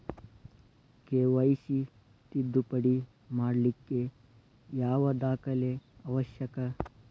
KYC ತಿದ್ದುಪಡಿ ಮಾಡ್ಲಿಕ್ಕೆ ಯಾವ ದಾಖಲೆ ಅವಶ್ಯಕ?